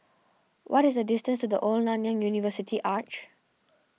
what is the distance to the Old Nanyang University Arch